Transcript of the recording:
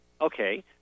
Okay